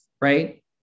right